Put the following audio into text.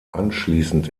anschließend